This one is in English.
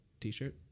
T-shirt